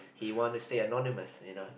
he wanna stay anonymous you know